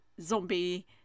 zombie